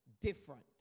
different